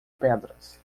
pedras